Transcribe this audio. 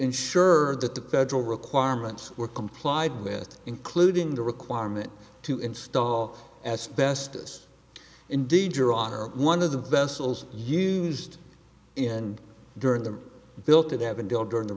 ensure that the federal requirements were complied with including the requirement to install asbestos indeed your honor one of the vessels used in during the built in avondale during the